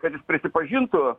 kad jis prisipažintų